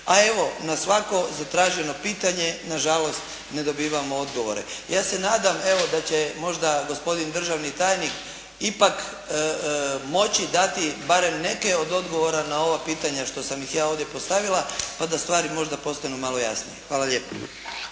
a evo na svako zatraženo pitanje na žalost ne dobivamo odgovore. Ja se nadam evo da će možda gospodin državni tajnik ipak moći dati barem neke od odgovora na ova pitanja što sam ih ja ovdje postavila, pa da stvari možda postanu malo jasnije. Hvala lijepo.